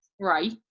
Right